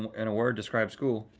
um in a word describe school,